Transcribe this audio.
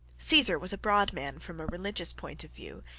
caesar was a broad man from a religious point of view,